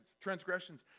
transgressions